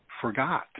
forgot